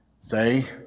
Say